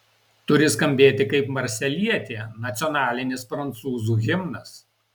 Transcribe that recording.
turi skambėti kaip marselietė nacionalinis prancūzų himnas